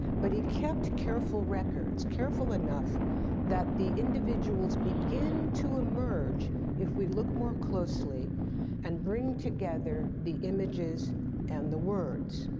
but he kept careful records, careful enough that the individuals begin to emerge if we look more closely and bring together the images and the words.